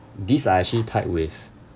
these are actually tied with